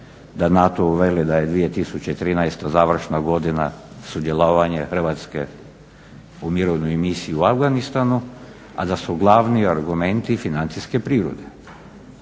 da NATO-u veli da je 2013. završna godina sudjelovanja Hrvatske u mirovnoj misiji u Afganistanu, a da su glavni argumenti financijske prirode.